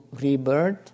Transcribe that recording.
rebirth